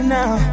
now